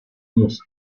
muss